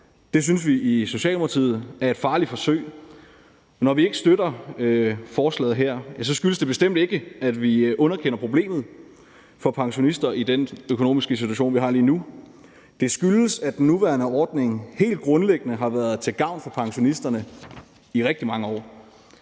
Det synes vi i Socialdemokratiet er et farligt forsøg. Når vi ikke støtter forslaget her, skyldes det bestemt ikke, at vi underkender problemet for pensionister i den økonomiske situation, vi har lige nu. Det skyldes, at den nuværende ordning helt grundlæggende har været til gavn for pensionisterne i rigtig mange år,